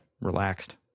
relaxed